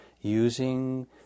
using